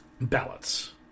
ballots